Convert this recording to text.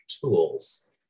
tools